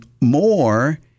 more